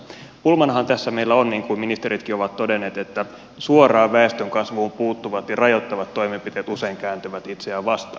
pulmanahan tässä meillä on niin kuin ministeritkin ovat todenneet että suoraan väestönkasvuun puuttuvat ja sitä rajoittavat toimenpiteet usein kääntyvät itseään vastaan